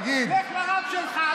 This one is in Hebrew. דבר לרב שלך.